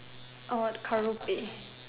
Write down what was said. carol pay